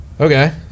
okay